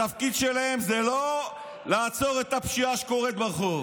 התפקיד שלהם זה לא לעצור את הפשיעה שקורית ברחוב.